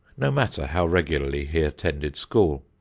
no matter how regularly he attended school.